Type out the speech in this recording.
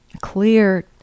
clear